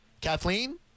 Kathleen